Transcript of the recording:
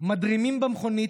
// מדרימים במכונית,